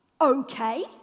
Okay